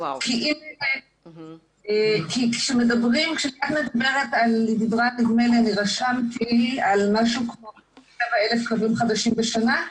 כי כשטל דיברה נדמה לי על משהו כמו --- כלבים חדשים בשנה,